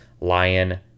lion